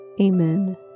Amen